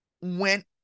went